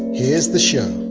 here's the show